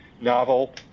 novel